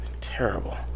terrible